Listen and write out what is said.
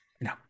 No